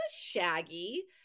Shaggy